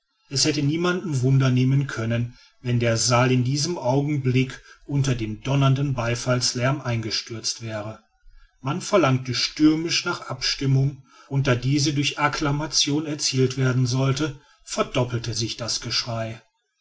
es hätte niemanden wunder nehmen können wenn der saal in diesem augenblicke unter dem donnernden beifallslärm eingestürzt wäre man verlangte stürmisch nach abstimmung und da diese durch acclamation erzielt werden sollte verdoppelte sich das geschrei